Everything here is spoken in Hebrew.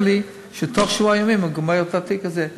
לי שבתוך שבוע ימים הוא גומר את התיק הזה,